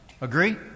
Agree